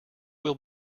will